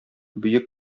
бөек